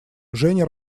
женя